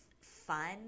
fun